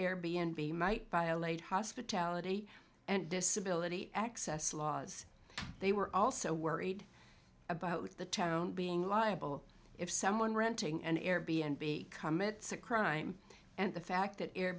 air b n b might violate hospitality and disability access laws they were also worried about the town being liable if someone renting an air b n b commits a crime and the fact that air